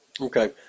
Okay